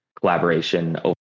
collaboration